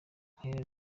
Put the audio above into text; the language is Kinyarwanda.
harry